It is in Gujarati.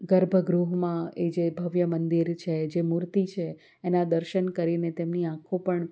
ગર્ભગૃહમાં એ જે ભવ્ય મંદિર છે જે મૂર્તિ છે એનાં દર્શન કરીને તેમની આંખો પણ